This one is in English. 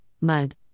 mud